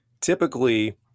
Typically